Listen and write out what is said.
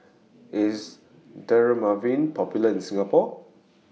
IS Dermaveen Popular in Singapore